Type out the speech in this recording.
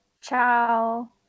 Ciao